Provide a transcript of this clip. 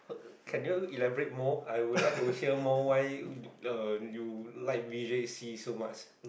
can you elaborate more I would like to hear more why uh you like V_J_C so much